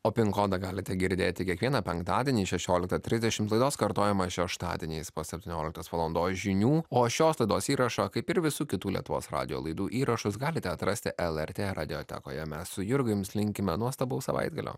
o pin kodą galite girdėti kiekvieną penktadienį šešiolika trisdešim laidos kartojimą šeštadieniais po septynioliktos valandos žinių o šios laidos įrašą kaip ir visų kitų lietuvos radijo laidų įrašus galite atrasti lrt radiotekoja mes su jurga jums linkime nuostabaus savaitgalio